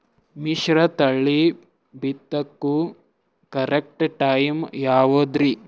ಮಿಶ್ರತಳಿ ಬಿತ್ತಕು correct time ಯಾವುದರಿ?